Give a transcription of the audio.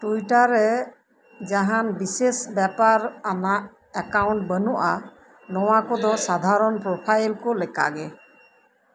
Twitter ᱨᱮ ᱡᱟᱦᱟᱱ ᱵᱤᱥᱮᱥ ᱵᱮᱯᱟᱨ ᱟᱱᱟᱜ ᱮᱠᱟᱣᱩᱱᱴ ᱵᱟ ᱱᱩᱜᱼᱟ ᱱᱚᱣᱟ ᱠᱚᱫᱚ ᱥᱟᱫᱷᱟᱨᱚᱱ ᱯᱨᱚᱯᱷᱟᱭᱤᱞ ᱠᱚ ᱞᱮᱠᱟᱜᱮ